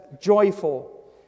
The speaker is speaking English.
joyful